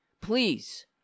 Please